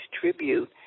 tribute